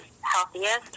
healthiest